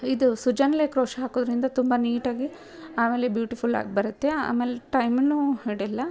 ಇದು ಸುಜಾನ್ಲೆ ಕ್ರೋಷ ಹಾಕೋದರಿಂದ ತುಂಬ ನೀಟಾಗಿ ಆಮೇಲೆ ಬ್ಯೂಟಿಫುಲ್ಲಾಗಿ ಬರುತ್ತೆ ಆಮೇಲೆ ಟೈಮು ಹಿಡ್ಯೋಲ್ಲ